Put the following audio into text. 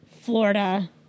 Florida